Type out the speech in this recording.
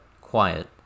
quiet